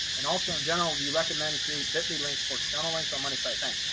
and also in general, do you recommend create bitly links for external links or money site? thanks.